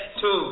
two